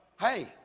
Hey